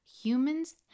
humans